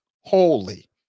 holy